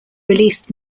released